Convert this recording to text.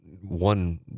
one